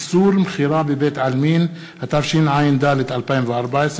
(איסור מכירה בבית-עלמין), התשע"ד 2014,